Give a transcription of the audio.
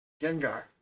Gengar